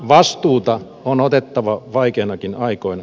vastuuta on otettava vaikeinakin aikoina